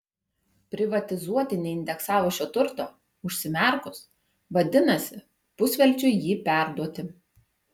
privatizuoti neindeksavus šio turto užsimerkus vadinasi pusvelčiui jį perduoti